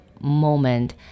moment